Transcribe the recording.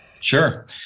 Sure